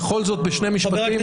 בכל זאת בשני משפטים.